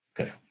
Okay